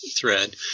thread